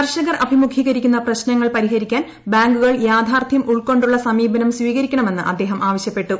കർഷകർ അഭിമുഖീകരിക്കുന്ന പ്രശ്നങ്ങൾ പരി ഹരിക്കാൻ ബാങ്കുകൾ യാഥാർഥ്യം ഉൾക്കൊണ്ടുള്ള സമീപനം സ്വീകരി ക്കണമെന്ന് അദ്ദേഹം ആവശ്യപ്പെട്ടു